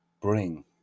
bring